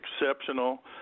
exceptional